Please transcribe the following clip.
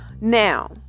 Now